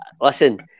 listen